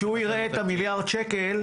כשהוא יראה את המיליארד שקל אז הוא יגיד.